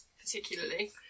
particularly